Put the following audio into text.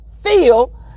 feel